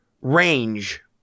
range